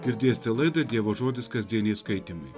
girdėsite laidą dievo žodis kasdieniai skaitymai